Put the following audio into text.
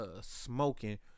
smoking